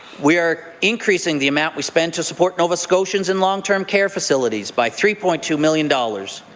we are increasing the amount we spend to support nova scotians in long-term care facilities by three point two million dollars.